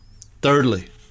Thirdly